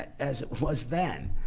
as it was then.